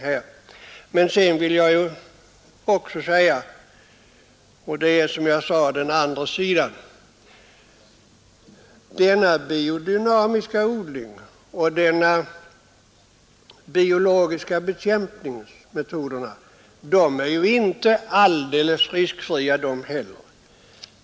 Sedan vill jag också säga — och det är den andra sidan av saken — att inte heller biodynamisk odling och biologiska bekämpningsmetoder är alldeles riskfria.